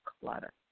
clutter